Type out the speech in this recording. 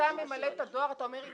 כשאתה ממלא את הדואר אתה אומר,